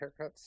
haircuts